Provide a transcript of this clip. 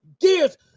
gears